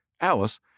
Alice